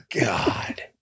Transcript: God